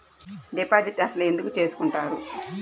Deposit అసలు ఎందుకు చేసుకుంటారు?